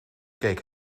keek